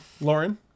Lauren